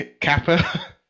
Kappa